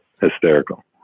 hysterical